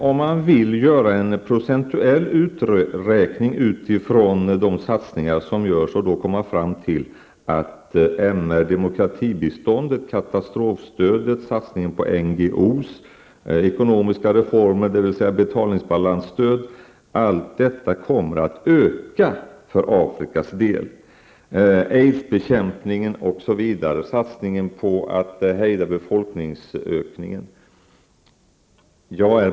Om man vill göra en procentuell uträkning av de satsningar som görs kan man komma fram till att demokratibiståndet, katastrofstödet och satsningar på NGO:s ekonomiska reform, dvs. betalningsbalansstödet, kommer att öka för Afrikas del, likaså aidsbekämpningen, satsningar på att hejda befolkningsökningen osv.